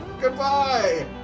Goodbye